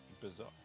Bizarre